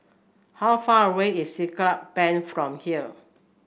how far away is Siglap Bank from here